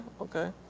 Okay